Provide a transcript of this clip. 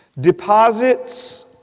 deposits